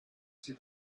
sie